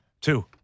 Two